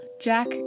Jack